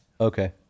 Okay